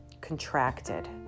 Contracted